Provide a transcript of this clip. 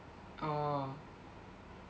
orh